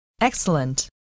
Excellent